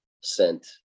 sent